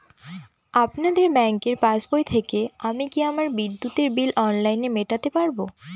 আপনাদের ব্যঙ্কের পাসবই থেকে আমি কি আমার বিদ্যুতের বিল অনলাইনে মেটাতে পারবো?